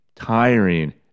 tiring